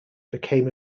became